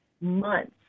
months